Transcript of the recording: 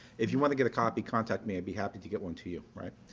if you want to get a copy, contact me. i'd be happy to get one to you right.